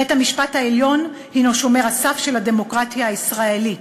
בית-המשפט העליון הנו שומר הסף של הדמוקרטיה הישראלית.